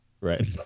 Right